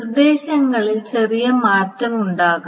നിർദ്ദേശങ്ങളിൽ ചെറിയ മാറ്റമുണ്ടാകാം